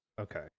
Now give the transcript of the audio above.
okay